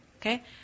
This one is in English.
okay